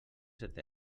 set